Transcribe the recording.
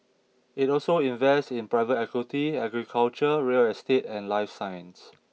it also invests in private equity agriculture real estate and life science